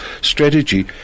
strategy